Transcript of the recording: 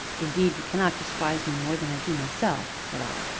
indeed, you cannot despise me more than i do myself, said i,